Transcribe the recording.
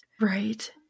right